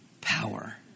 power